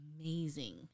amazing